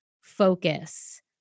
focus